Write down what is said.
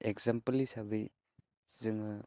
example हिसाबै जोङो